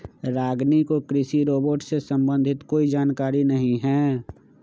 रागिनी को कृषि रोबोट से संबंधित कोई जानकारी नहीं है